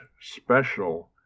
special